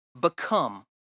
become